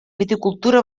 viticultura